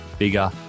Bigger